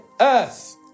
earth